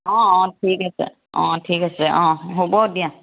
অঁ অঁ ঠিক আছে অঁ ঠিক আছে অঁ হ'ব দিয়া